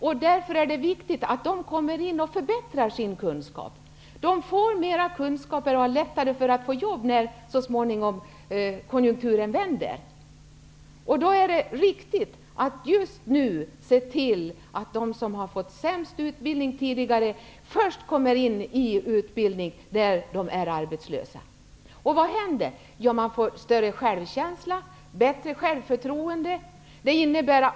Det är således viktigt att de kan förbättra sina kunskaper. Med bättre kunskaper blir det lättare för dem att få jobb när konjunkturen så småningom vänder. Mot den bakgrunden är det riktigt att just nu se till att de som har den sämsta utbildningen och som blir arbetslösa först kommer med i utbildning. Vad är resultatet? Jo, man får en starkare självkänsla och ett bättre självförtroende.